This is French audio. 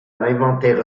l’inventaire